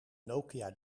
nokia